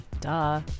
Duh